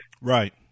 right